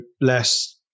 less